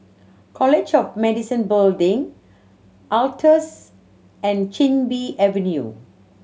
College of Medicine Building Altez and Chin Bee Avenue